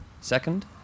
second